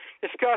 discuss